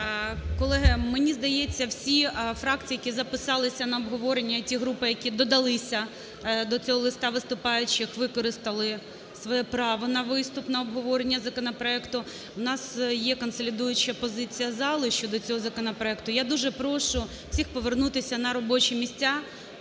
Колеги, мені здається, всі фракції, які записалися на обговорення і ті групи, які додалися до цього листа, виступаючі використали своє право на виступ, на обговорення законопроекту. У нас є консолідуюча позиція залу щодо цього законопроекту. Я дуже прошу всіх повернутися на робочі місця,